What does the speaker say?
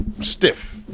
stiff